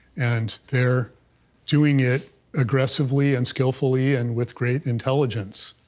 and they're doing it aggressively and skillfully and with great intelligence.